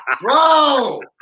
Bro